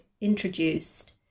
introduced